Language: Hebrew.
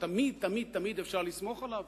שתמיד תמיד תמיד אפשר לסמוך עליו.